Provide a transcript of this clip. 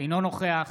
אינו נוכח